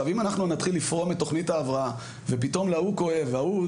אם אנחנו נתחיל לפרום את תוכנית ההבראה ופתאום להוא כואב וההוא,